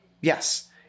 Yes